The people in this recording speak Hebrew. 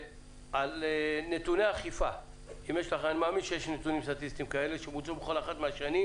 אני מאמין שיש נתונים סטטיסטיים כאלה שבוצעו בכל אחת מהשנים